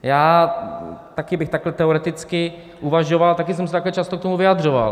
Já taky bych takhle teoreticky uvažoval, taky jsem se takhle často k tomu vyjadřoval.